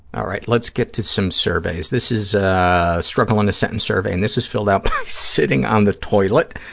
all right, let's get to some surveys. this is a struggle in a sentence survey and this is filled out by sitting on the toilet,